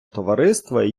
товариства